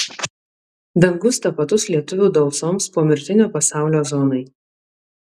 dangus tapatus lietuvių dausoms pomirtinio pasaulio zonai